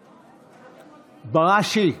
בראשי,